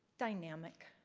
dynamic,